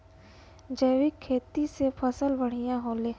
जैविक खेती से फसल बढ़िया होले